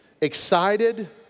excited